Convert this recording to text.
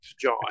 John